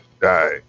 die